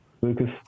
Lucas